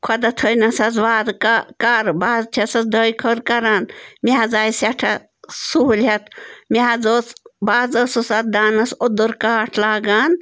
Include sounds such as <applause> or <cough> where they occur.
خۄدا تھٲینَس حظ وارٕ <unintelligible> کارٕ بہٕ حظ چھَسَس دۄے خٲر کَران مےٚ حظ آے سٮ۪ٹھاہ سہوٗلیت مےٚ حظ اوس بہٕ حظ ٲسٕس اَتھ دانَس اوٚدُر کاٹھ لاگان